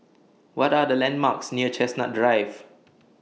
What Are The landmarks near Chestnut Drive